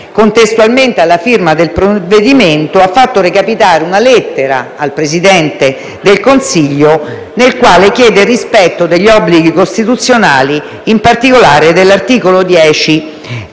contestualmente alla firma del provvedimento ha fatto recapitare una lettera al Presidente del Consiglio, in cui chiede il rispetto degli obblighi costituzionali, in particolare dell'articolo 10